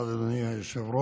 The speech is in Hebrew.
תודה, אדוני היושב-ראש.